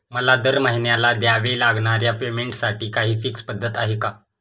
मला दरमहिन्याला द्यावे लागणाऱ्या पेमेंटसाठी काही फिक्स पद्धत आहे का?